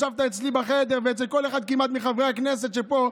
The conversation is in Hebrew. ישבת אצלי בחדר וכמעט אצל כל אחד מחברי הכנסת שפה,